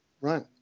right